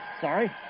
Sorry